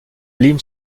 limes